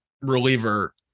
reliever